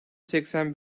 seksen